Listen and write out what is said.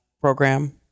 program